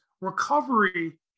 recovery